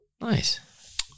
Nice